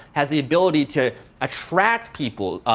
has the ability to attract people,